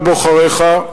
לבוחריך,